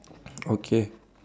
okay